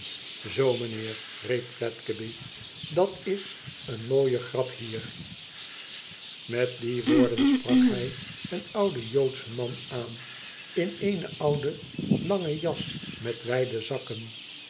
tzoo meneer riep fledgeby idat's een mooie grap hier i met die woorden sprak hij een ouden joodschen man aan in eene oude lange jas met wijde zakken